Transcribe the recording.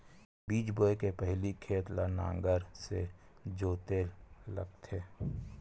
बीज बोय के पहिली खेत ल नांगर से जोतेल लगथे?